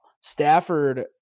Stafford